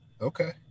Okay